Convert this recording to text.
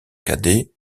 cadet